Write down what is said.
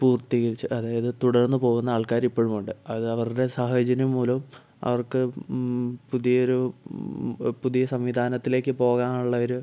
പൂർത്തീകരിച്ച് അതായത് തുടർന്ന് പോകുന്ന ആൾക്കാര് ഇപ്പോഴും ഉണ്ട് അത് അവരുടെ സാഹചര്യം മൂലവും അവർക്ക് പുതിയ ഒരു പുതിയ സംവിധാനത്തിലേക്ക് പോകാനുള്ള ഒരു